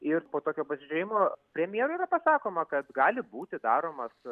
ir po tokio pasižiūrėjimo premjerui yra pasakoma kas gali būti daromas